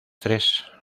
tres